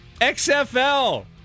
XFL